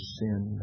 sin